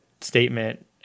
statement